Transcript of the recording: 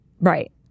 Right